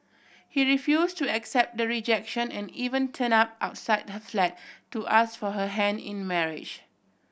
he refuse to accept the rejection and even turned up outside her flat to ask for her hand in marriage